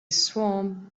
swam